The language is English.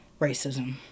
Racism